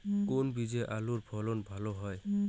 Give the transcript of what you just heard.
কোন বীজে আলুর ফলন ভালো হয়?